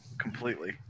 completely